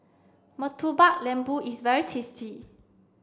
Murtabak Lembu is very tasty